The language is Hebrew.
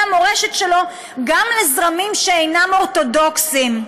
המורשת שלו גם לזרמים שאינם אורתודוקסיים.